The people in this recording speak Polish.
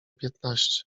piętnaście